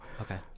Okay